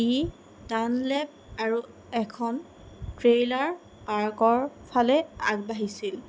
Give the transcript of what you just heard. ই Dunlop আৰু এখন trailer পাৰ্কৰ ফালে আগবাঢ়িছিল